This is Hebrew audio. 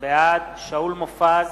בעד שאול מופז,